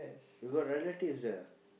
you got relatives there ah